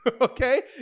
Okay